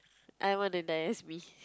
I want to die as me